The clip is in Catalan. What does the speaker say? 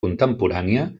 contemporània